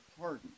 pardon